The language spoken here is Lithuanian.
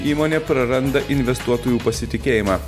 įmonė praranda investuotojų pasitikėjimą